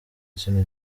ikintu